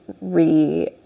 re-